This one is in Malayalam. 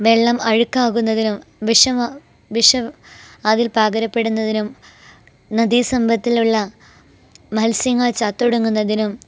വെള്ളം അഴ്ക്കാകുന്നതിനും വിഷമ വിഷം അതിൽ പകരപ്പെടുന്നതിനും നദീ സമ്പത്തിലുള്ള മൽസ്യങ്ങൾ ചത്തൊടുങ്ങുന്നതിനും